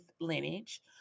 Lineage